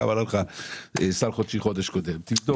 כמה עלה בחודש הקודם ותבדוק.